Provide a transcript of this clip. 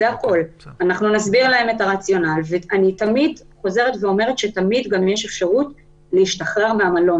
אני תמיד חוזרת ואומרת שתמיד יש אפשרות להשתחרר מהמלון.